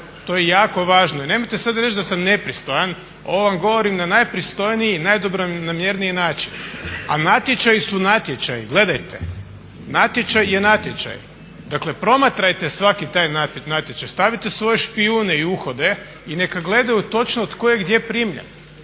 To je jako važno. I nemojte sad reći da sam nepristojan. Ovo vam govorim na najpristojniji i na najdobronamjerniji način, a natječaji su natječaji. Gledajte, natječaj je natječaj. Dakle, promatrajte svaki taj natječaj. Stavite svoje špijune i uhode i neka gledaju točno tko je gdje primljen.